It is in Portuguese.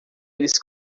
eles